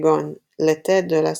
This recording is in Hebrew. כגון l'été de la Saint-Maurille,